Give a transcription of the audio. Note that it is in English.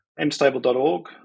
mstable.org